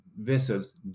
vessels